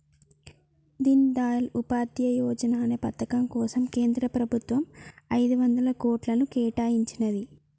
దీన్ దయాళ్ ఉపాధ్యాయ యోజనా అనే పథకం కోసం కేంద్ర ప్రభుత్వం ఐదొందల కోట్లను కేటాయించినాది